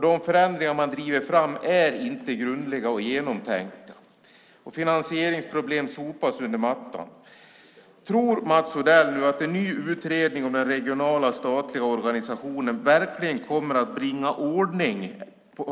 De förändringar man driver fram är inte grundliga och genomtänkta. Finansieringsproblem sopas under mattan. Tror Mats Odell nu att en ny utredning om den regionala statliga organisationen verkligen kommer att bringa ordning?